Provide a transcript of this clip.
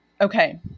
Okay